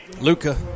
Luca